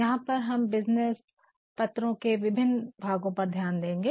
यहाँ पर हम बिज़नेस पत्रों के विभिन्न भागों पर ध्यान देंगे